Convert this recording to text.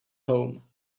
home